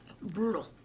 brutal